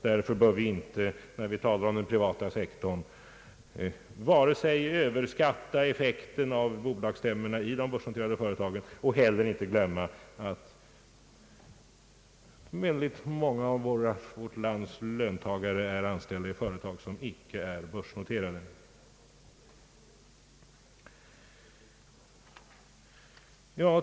Därför bör vi inte, när vi talar om den privata sektorn, vare sig överskatta effekten av bolagsstämmorna i de börsnoterade företagen eller glömma att väldigt många av löntagarna i vårt land är anställda i företag som inte är börsnoterade.